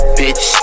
bitch